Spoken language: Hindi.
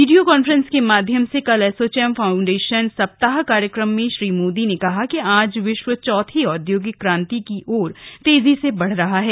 वीडियो कॉन्फ्रेंस के माध्यम से कल एसोचौम फाउंडेशन सप्ताह कार्यक्रम में श्री मोदी ने कहा कि आज विश्व चौथी औद्योगिक क्रांति की ओर तेजी से बढ़ रहा है